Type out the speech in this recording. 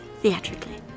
theatrically